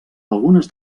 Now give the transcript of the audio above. algunes